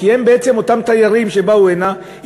כי הם בעצם אותם תיירים שבאו הנה,